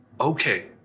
Okay